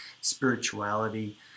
spirituality